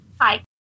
Hi